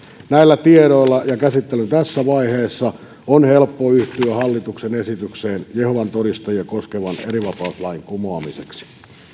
näillä tiedoilla ja käsittelyn tässä vaiheessa on helppo yhtyä hallituksen esitykseen jehovan todistajia koskevan erivapauslain kumoamiseksi